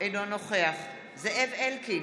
אינו נוכח זאב אלקין,